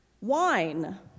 wine